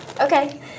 Okay